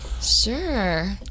sure